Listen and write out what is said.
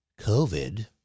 COVID